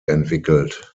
entwickelt